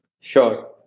Sure